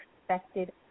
expected